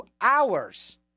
hours